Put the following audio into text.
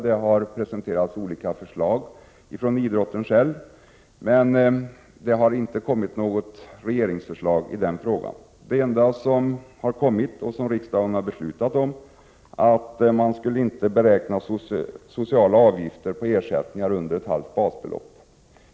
Idrottsrörelsen har själv presenterat olika förslag, men det har ännu inte lagts fram något förslag från regeringen i den frågan. Det enda som har kommit och som riksdagen har beslutat om är att sociala avgifter inte skall beräknas på ersättningar under ett halvt basbelopp.